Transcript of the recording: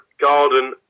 garden